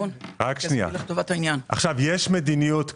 יש מדיניות כרגע,